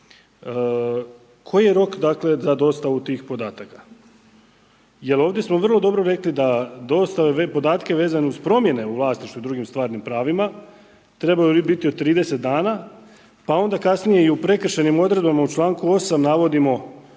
Koji je rok dakle za dostavu tih podataka? Jel ovdje smo vrlo dobro rekli da dostave ove podatke vezano uz promjene u vlasništvu drugim stvarnim pravima, trebaju biti od 30 dana, pa onda kasnije i u prekršajnim odredbama u članku 8. navodimo